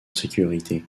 sécurité